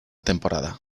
temporada